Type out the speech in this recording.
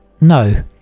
no